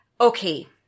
Okay